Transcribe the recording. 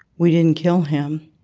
we didn't kill him.